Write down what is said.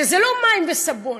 שזה לא מים וסבון,